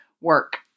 work